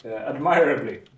admirably